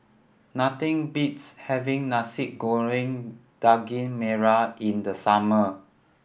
nothing beats having Nasi Goreng Daging Merah in the summer